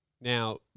Now